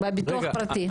בביטוח פרטי.